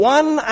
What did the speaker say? one